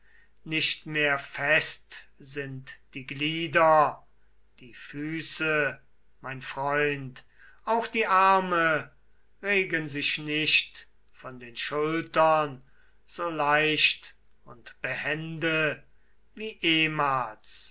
nicht mehr fest sind die glieder die füße mein freund auch die arme regen sich nicht von den schultern so leicht und behende wie ehmals